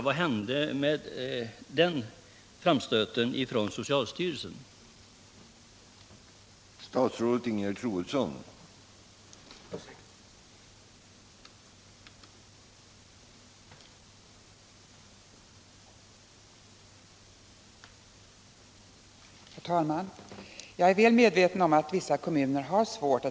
Vad hände efter socialstyrelsens framstöt?